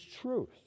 truth